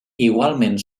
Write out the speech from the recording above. igualment